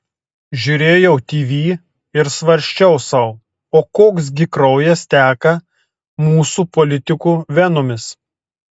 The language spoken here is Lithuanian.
žiūrėjau tv ir svarsčiau sau o koks gi kraujas teka mūsų politikų venomis